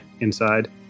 inside